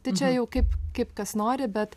tai čia jau kaip kaip kas nori bet